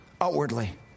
outwardly